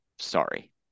Sorry